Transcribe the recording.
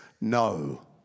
no